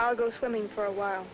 i'll go swimming for a while